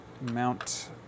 mount